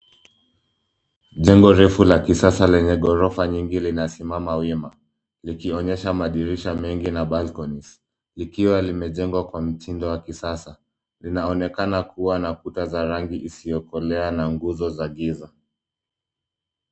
Jengo refu la kisasa lenye ghorofa nyingi linasimama wima. Likionyesha madirisha mengi na balconies. Likiwa limejengwa kwa mtindo wa kisasa. Linaonekana kuwa na kuta za rangi isiyokoleana nguzo za giza.